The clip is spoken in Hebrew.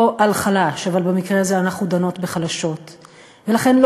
או על חלש, אבל במקרה הזה אנחנו דנות בחלשות.